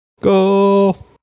Go